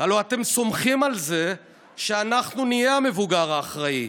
הלוא אתם סומכים על זה שאנחנו נהיה המבוגר האחראי.